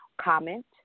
comment